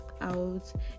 out